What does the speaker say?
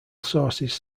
sources